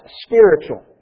spiritual